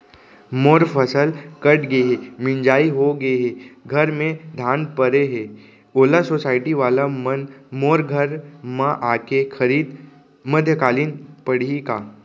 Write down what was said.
मोर फसल कट गे हे, मिंजाई हो गे हे, घर में धान परे हे, ओला सुसायटी वाला मन मोर घर म आके खरीद मध्यकालीन पड़ही का?